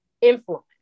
influence